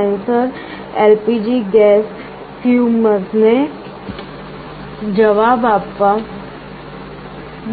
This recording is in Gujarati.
સેન્સર LPG ગેસ ફ્યુમ્સને જવાબ આપવા